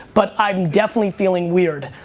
but i mean definitely feeling weird.